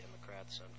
Democrats